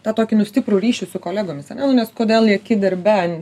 tą tokį nu stiprų ryšį su kolegomis ane nu nes kodėl lieki darbe